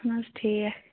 اَہَن حظ ٹھیٖک